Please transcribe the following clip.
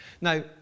Now